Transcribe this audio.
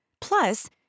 Plus